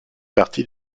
partie